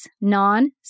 non